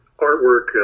artwork